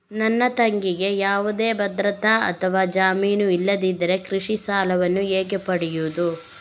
ನನ್ನ ತಂಗಿಗೆ ಯಾವುದೇ ಭದ್ರತೆ ಅಥವಾ ಜಾಮೀನು ಇಲ್ಲದಿದ್ದರೆ ಕೃಷಿ ಸಾಲವನ್ನು ಹೇಗೆ ಪಡೆಯುದು?